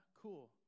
cool